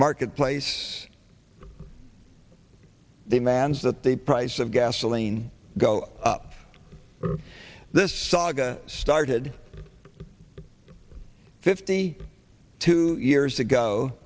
marketplace the mans that the price of gasoline go up this saga started fifty two years ago